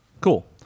Cool